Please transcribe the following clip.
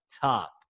top